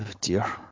dear